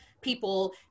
people